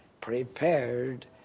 prepared